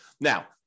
Now